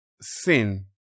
sin